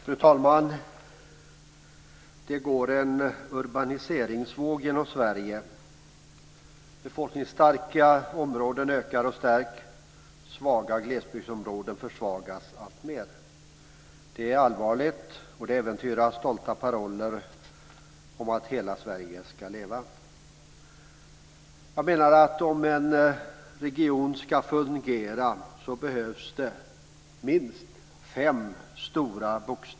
Fru talman! Det går en urbaniseringsvåg genom Sverige. Befolkningen i starka områden ökar och stärks, svaga glesbygdsområden försvagas alltmer. Det är allvarligt, och det äventyrar stolta paroller om att hela Sverige ska leva. Om en region ska fungera behövs det minst fem K.